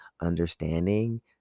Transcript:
understanding